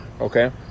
Okay